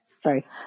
Sorry